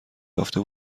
یافته